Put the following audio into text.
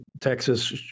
Texas